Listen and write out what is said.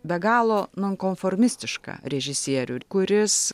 be galo non konformistišką režisierių kuris